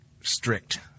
strict